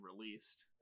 released